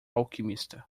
alquimista